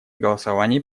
голосовании